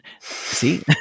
See